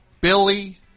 Billy